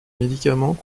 médicaments